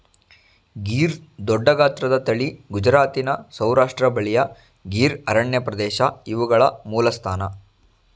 ಗೀರ್ ದೊಡ್ಡಗಾತ್ರದ ತಳಿ ಗುಜರಾತಿನ ಸೌರಾಷ್ಟ್ರ ಬಳಿಯ ಗೀರ್ ಅರಣ್ಯಪ್ರದೇಶ ಇವುಗಳ ಮೂಲಸ್ಥಾನ